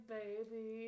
baby